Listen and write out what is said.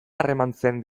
harremantzen